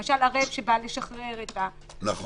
למשל, ערב שבא לשחרר אדם.